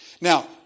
Now